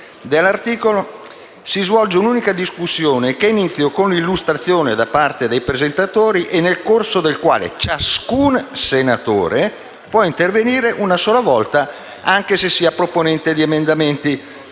dell'articolo stesso - «si svolge un'unica discussione, che ha inizio con l'illustrazione da parte dei presentatori e nel corso della quale ciascun Senatore può intervenire una sola volta, anche se sia proponente di emendamenti».